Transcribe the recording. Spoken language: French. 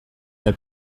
pas